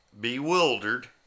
bewildered